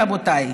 רבותיי.